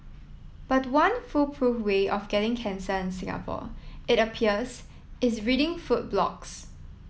but one foolproof way of getting cancer in Singapore it appears is reading food blogs